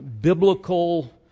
biblical